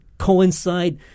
coincide